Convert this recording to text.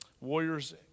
warriors